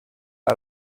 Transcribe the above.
out